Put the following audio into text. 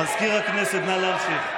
מזכיר הכנסת, נא להמשיך.